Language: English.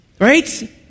right